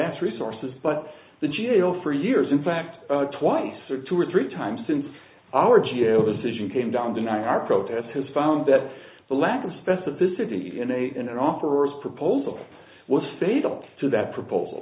vast resources but the jail for years in fact twice or two or three times since our geo decision came down denying our protests has found that the lack of specificity in a in an offer of proposal was fatal to that proposal